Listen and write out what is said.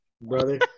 brother